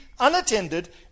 unattended